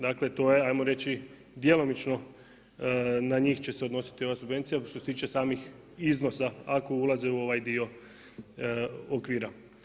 Dakle to je, ajmo reći djelomično na njih će se odnositi ova subvencija, što se tiče samih iznosa ako ulaze u ovaj dio okvira.